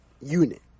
unit